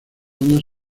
años